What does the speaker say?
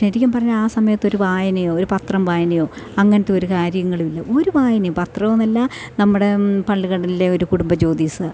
ശരിക്കും പറഞ്ഞാൽ ആ സമയത്തൊരു വായനയോ ഒരു പത്രം വായനയോ അങ്ങനത്തൊരു കാര്യങ്ങളും ഇല്ല ഒരു വായനയും പത്രവുമല്ല നമ്മുടെ പല്ല് കടലിലെ ഒരു കുടുംബ ജ്യോതിസ്